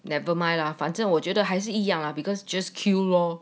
never mind lah 反正我觉得还是一样 lah because just queue lor